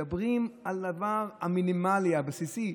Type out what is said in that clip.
מדברים על הדבר המינימלי, הבסיסי,